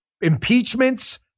Impeachments